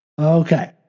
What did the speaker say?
Okay